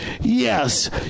Yes